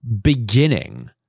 beginning